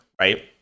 right